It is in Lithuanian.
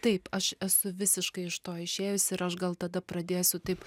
taip aš esu visiškai iš to išėjusi ir aš gal tada pradėsiu taip